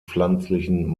pflanzlichen